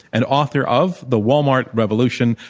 and author of the walmart revolution.